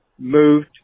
moved